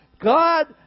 God